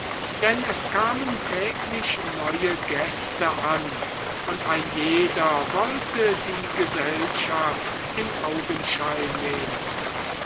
denn es kamen täglich neue gäste an und ein jeder wollte die gesellschaft in augenschein nehmen